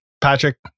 Patrick